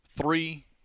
three